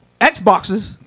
Xboxes